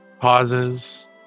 pauses